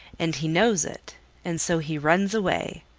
and he knows it and so he runs away.